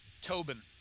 Tobin